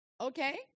Okay